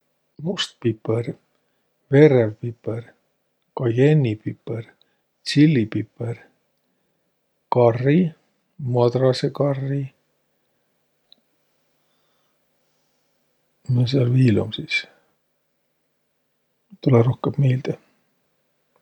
Must pipõr, verrev pipõr, cayenne'i pipõr, tsillipipõr, karri, madrasõ karri. Miä sääl viil um sis? Ei tulõq rohkõmb miilde.